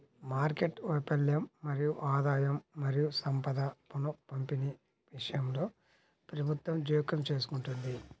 market వైఫల్యం మరియు ఆదాయం మరియు సంపద పునఃపంపిణీ విషయంలో ప్రభుత్వం జోక్యం చేసుకుంటుంది